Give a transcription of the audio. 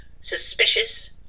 Suspicious